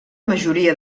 majoria